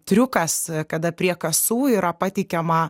triukas kada prie kasų yra pateikiama